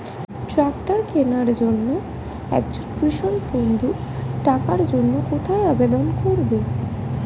Tractor কিনার জন্য একজন কৃষক বন্ধু টাকার জন্য কোথায় আবেদন করবে?